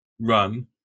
run